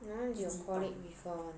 your want your colleague refer [one] ah